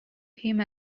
him